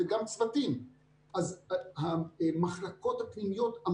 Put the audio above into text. אנחנו קיימנו דיון בדו"ח שעסק בעומס במחלקות הפנימיות,